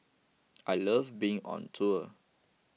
I love being on tour